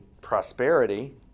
prosperity